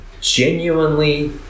genuinely